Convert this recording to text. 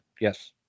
yes